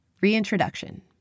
Reintroduction